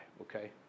okay